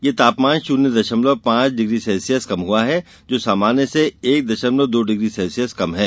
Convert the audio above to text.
यह तापमान शून्य दशमल पांच सेल्सियस कम हुआ है जो सामान्य से एक दशमलव दो डिग्री सेल्सियस कम है